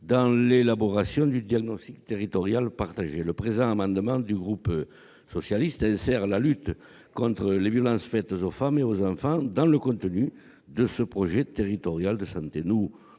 dans l'élaboration du diagnostic territorial partagé. Il tend à inscrire la lutte contre les violences faites aux femmes et aux enfants dans le contenu de ce projet territorial de santé.